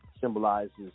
symbolizes